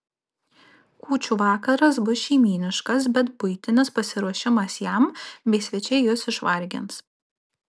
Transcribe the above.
kūčių vakaras bus šeimyniškas bet buitinis pasiruošimas jam bei svečiai jus išvargins